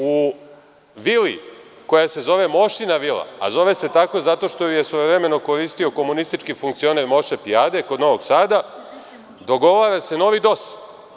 U vili koja se zove Mošina vila, a zove se tako zato što ju je svojevremeno koristio komunistički funkcioner Moše Pijade, kod Novog Sada, dogovara se novi DOS.